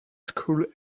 school